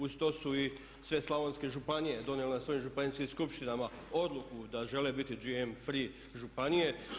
Uz to su i sve slavonske županije donijele na svojim županijskim skupštinama odluku da žele biti GMO free županije.